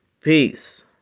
Peace